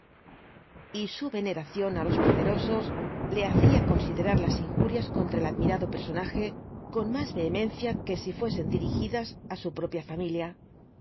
t su veneración á los poderosos le hacía considerar las injurias contra el admirado personaje con más vehemencia que si fuesen dirigidas á su propia familia